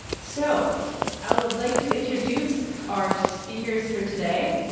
so i would like to introduce our speakers for today.